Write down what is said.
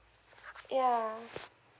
ya